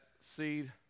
seed